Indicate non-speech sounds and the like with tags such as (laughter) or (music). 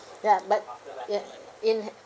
ya but yeah in (noise)